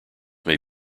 may